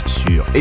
sur